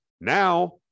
Now